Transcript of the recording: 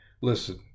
Listen